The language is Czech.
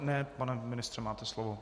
Ne, pane ministře, máte slovo.